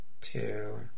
two